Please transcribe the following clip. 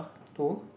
two